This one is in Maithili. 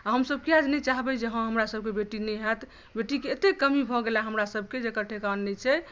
हमसभ हमसभ किया नहि चाहबय जे हँ हमरासभक बेटी नहि होयत बेटीक एतेक कमी भऽ गेल हँ हमरासभके जेकर ठेकान नहि छै